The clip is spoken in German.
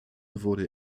wurde